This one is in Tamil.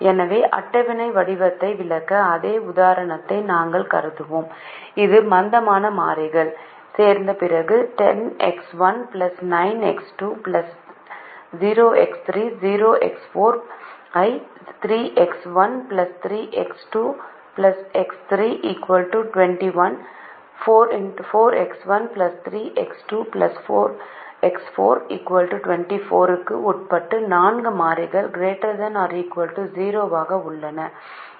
எனவே அட்டவணை வடிவத்தை விளக்க அதே உதாரணத்தை நாங்கள் கருதுகிறோம் இது மந்தமான மாறிகள் சேர்த்த பிறகு 10X1 9X2 0X3 0X4 ஐ 3X1 3X2 X3 21 4X1 3X2 X4 24 க்கு உட்பட்டு நான்கு மாறிகள் ≥ 0 ஆக உள்ளன